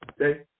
Okay